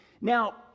Now